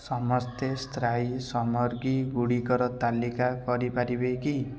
ସମସ୍ତେ ସ୍ଥାୟୀ ସମଗ୍ରୀ ଗୁଡ଼ିକର ତାଲିକା କରିପାରିବେ କି